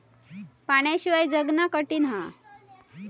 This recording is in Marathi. पाण्याशिवाय जगना कठीन हा